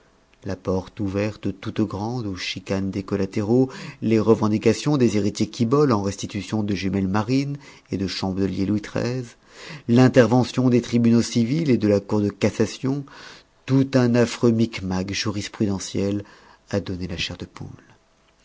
la porte ouverte toute grande aux chicanes des collatéraux les revendications des héritiers quibolle en restitution de jumelles marines et de chandeliers louis xiii l'intervention des tribunaux civils et de la cour de cassation tout un affreux micmac jurisprudentiel à donner la chair de poule